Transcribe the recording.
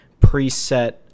preset